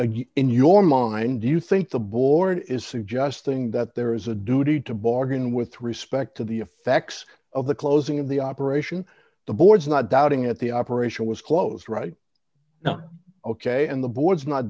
again in your mind do you think the board is suggesting that there is a duty to bargain with respect to the effects of the closing of the operation the board's not doubting at the operation was closed right now ok and the board's not